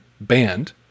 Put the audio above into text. band